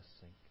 sink